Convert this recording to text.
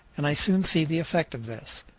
and i soon see the effect of this.